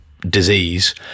disease